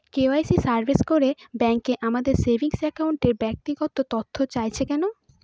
KYC survey করে bank আমাদের saving অ্যাকাউন্টের ব্যক্তিগত তথ্য চাইছে কেন?